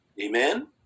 Amen